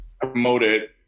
promoted